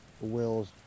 Will's